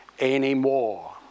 anymore